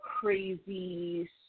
crazy